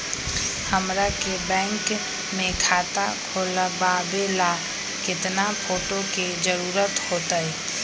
हमरा के बैंक में खाता खोलबाबे ला केतना फोटो के जरूरत होतई?